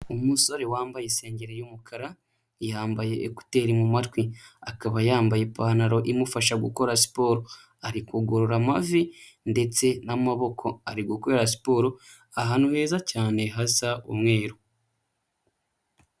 Umusore wambaye insengeri y'umukara, yambaye ekuteri mu matwi, akaba yambaye ipantaro imufasha gukora siporo, ari kugorora amavi ndetse n'amaboko, ari gukorera siporo ahantu heza cyane hasa umweru.